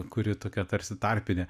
kuri tokia tarsi tarpinė